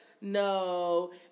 no